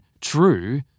true